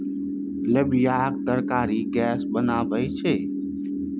लोबियाक तरकारी गैस बनाबै छै